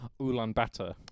Ulaanbaatar